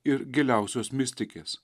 ir giliausios mistikės